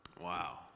Wow